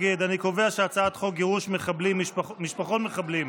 עוברים להצבעה על הצעת חוק גירוש משפחות מחבלים,